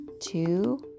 two